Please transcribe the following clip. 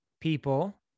people